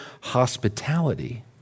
hospitality